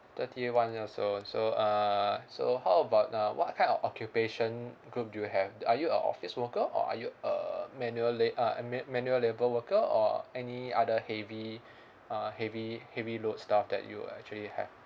thirty one years old so uh so how about uh what kind of occupation group do you have d~ are you a office worker or are you a manual la~ uh ma~ manual labour worker or any other heavy uh heavy heavy load stuff that you actually have